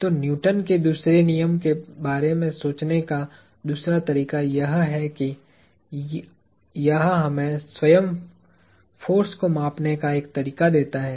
तो न्यूटन के दूसरे नियम के बारे में सोचने का दूसरा तरीका यह है कि यह हमें स्वयं फोर्स को मापने का एक तरीका देता है